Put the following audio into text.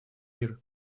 мир